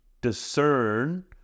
discern